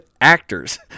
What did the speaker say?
Actors